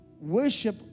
worship